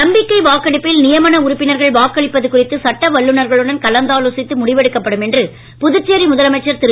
நம்பிக்கை வாக்கெடுப்பில் நியமன உறுப்பினர்கள் வாக்களிப்பது குறித்து சட்ட வல்லுனர்களுடன் கலந்து ஆலோசித்து முடிவெடுக்கப்படும் என்று புதுச்சேரி முதலமைச்சர் திரு